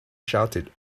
shouted